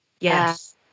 Yes